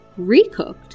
recooked